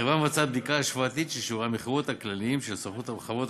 החברה מבצעת בדיקה השוואתית של שיעורי המכירות הכלליים של הסוכנות בחברות